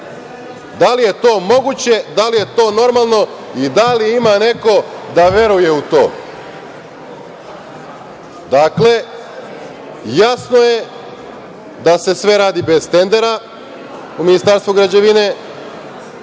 Da li je to moguće? Da li je to normalno i da li ima neko da veruje u to? Dakle, jasno je da se sve radi bez tendera u Ministarstvu građevine,